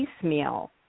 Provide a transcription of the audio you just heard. piecemeal